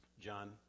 John